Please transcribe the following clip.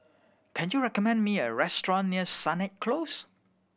can you recommend me a restaurant near Sennett Close